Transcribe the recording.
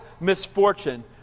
misfortune